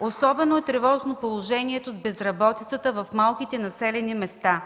Особено тревожно е положението с безработицата в малките населени места,